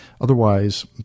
otherwise